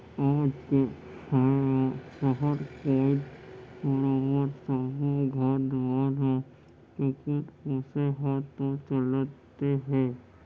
आज के समे म सहर कोइत बरोबर सब्बो घर दुवार म कुकुर पोसे ह तो चलते हे